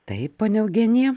taip ponia eugenija